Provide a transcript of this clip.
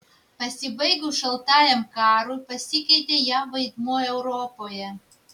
pasibaigus šaltajam karui pasikeitė jav vaidmuo europoje